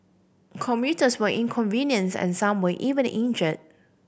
commuters were inconvenienced and some were even injured